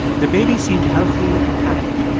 the baby seemed healthy and happy.